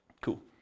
Cool